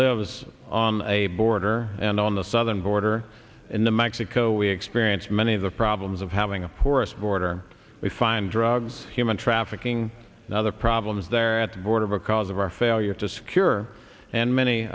lives on a border and on the southern border in the mexico we experience many of the problems of having a porous border we find drugs human trafficking and other problems there at the border because of our failure to secure and many